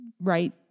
right